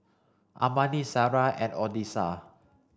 Amani Sarrah and Odessa